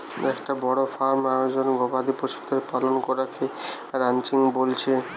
একটো বড় ফার্ম আয়োজনে গবাদি পশুদের পালন করাকে রানচিং বলতিছে